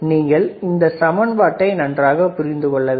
நீங்கள் இந்த சமன்பாட்டை நன்றாக புரிந்து கொள்ள வேண்டும்